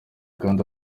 kandi